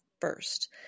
first